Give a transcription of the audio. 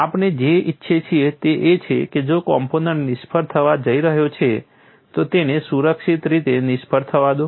આપણે જે ઇચ્છીએ છીએ તે એ છે કે જો કોમ્પોનન્ટ નિષ્ફળ થવા જઈ રહ્યો છે તો તેને સુરક્ષિત રીતે નિષ્ફળ થવા દો